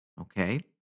okay